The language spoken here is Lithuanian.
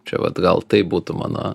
čia vat gal tai būtų mano